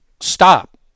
stop